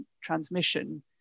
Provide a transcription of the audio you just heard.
transmission